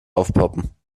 aufpoppen